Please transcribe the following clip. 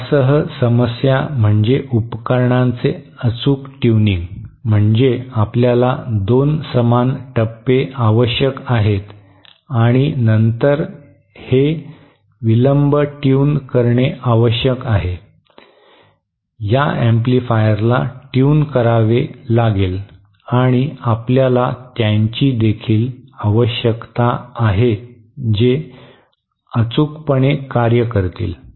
यासह समस्या म्हणजे उपकरणांचे अचूक ट्यूनिंग म्हणजे आपल्याला दोन समान टप्पे आवश्यक आहेत आणि नंतर हे विलंब ट्यून करणे आवश्यक आहे या एम्पलीफायरला ट्यून करावे लागेल आणि आपल्याला त्यांची देखील आवश्यकता आहे जे अचूकपणे कार्य करतील